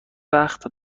وقت